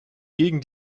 gegen